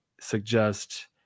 suggest